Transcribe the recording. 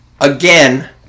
Again